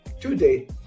Today